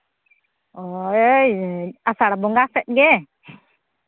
ᱳᱭ ᱟᱥᱟᱲ ᱵᱚᱸᱜᱟ ᱥᱮᱫ ᱜᱮ